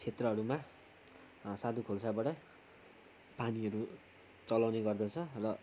क्षेत्रहरूमा साधु खोलसाबाट पानीहरू चलाउने गर्दछ र